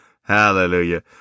Hallelujah